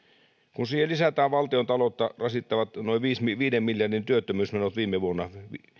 kun siihen lisätään valtiontaloutta rasittavat noin viiden miljardin työttömyysmenot viime vuodelta